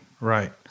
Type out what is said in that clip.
Right